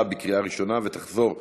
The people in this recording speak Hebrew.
התשע"ז 2016,